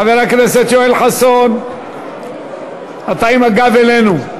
חבר הכנסת יואל חסון, אתה עם הגב אלינו.